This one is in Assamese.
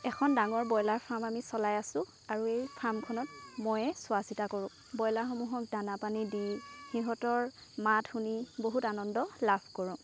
এখন ডাঙৰ ব্ৰইলাৰ ফাৰ্ম আমি চলাই আছোঁ আৰু এই ফাৰ্মখনত ময়েই চোৱা চিতা কৰোঁ ব্ৰইলাৰ সমূহক দানা পানী দি ইহঁতৰ মাত শুনি বহুত আনন্দ লাভ কৰোঁ